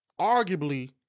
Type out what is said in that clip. arguably